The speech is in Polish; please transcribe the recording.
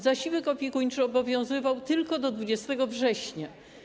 Zasiłek opiekuńczy obowiązywał tylko do 20 września.